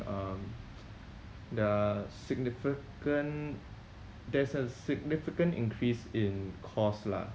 um there are significant there's a significant increase in cost lah